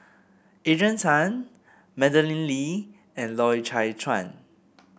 Adrian Tan Madeleine Lee and Loy Chye Chuan